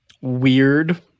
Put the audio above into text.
weird